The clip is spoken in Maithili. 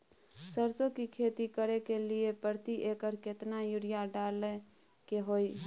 सरसो की खेती करे के लिये प्रति एकर केतना यूरिया डालय के होय हय?